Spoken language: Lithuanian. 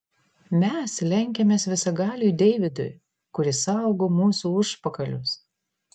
mes lenkiamės visagaliui deividui kuris saugo mūsų užpakalius